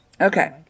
Okay